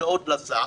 שעות לשר,